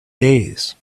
days